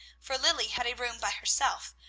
for lilly had a room by herself,